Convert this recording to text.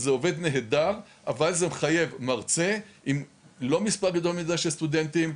זה עובד נהדר אבל זה מחייב מרצה עם לא מספר גדול מדי של סטודנטים.